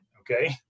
Okay